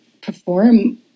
perform